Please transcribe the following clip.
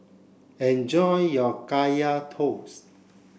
enjoy your Kaya Toast